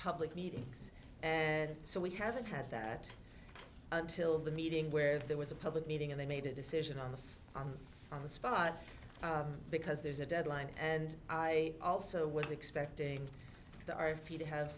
public meetings and so we haven't had that until the meeting where there was a public meeting and they made a decision on the on on the spot because there's a deadline and i also was expecting the r p to have